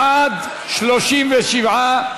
בעד, 37,